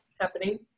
happening